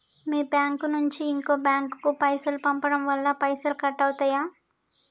మీ bank నుంచి ఇంకో bank కు పైసలు పంపడం వల్ల పైసలు కట్ అవుతయా?